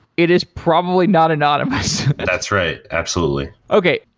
it is probably not anonymous that's right. absolutely okay.